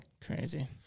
Crazy